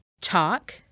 talk